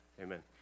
Amen